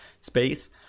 space